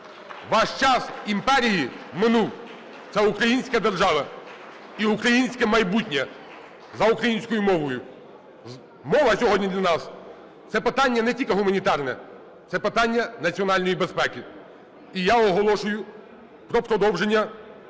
Ваш час імперії минув. Це українська держава і українське майбутнє за українською мовою. Мова сьогодні для нас це питання не тільки гуманітарне – це питання національної безпеки. І я оголошую про продовження